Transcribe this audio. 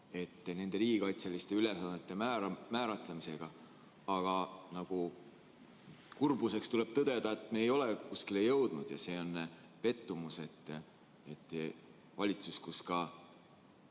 ette neli, riigikaitseliste ülesannete määratlemisega. Aga nagu kurbusega tuleb tõdeda, me ei ole kuskile jõudnud. See on pettumus, et valitsus, kus ka